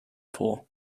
pool